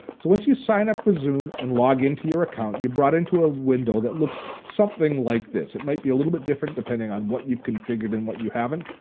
so once you sign up for zoom and log into your account, you're brought into a window that looks something like this, it might be a little bit different depending on what you've configured and what you haven't.